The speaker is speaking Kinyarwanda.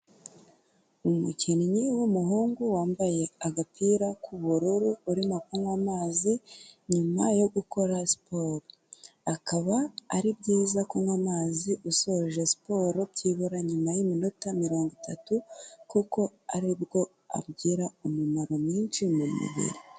Umukinnyi w'umuhungu wambaye agapira k'ubururu urimo kunywa amazi nyuma yo gukora siporo, akaba ari byiza kunywa amazi usoje siporo byibura nyuma y'iminota mirongo itatu, kuko aribwo agira umumaro mwinshi mu mubiri.